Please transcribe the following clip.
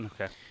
Okay